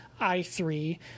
i3